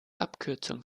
abkürzung